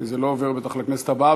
כי בטח זה לא עובר לכנסת הבאה.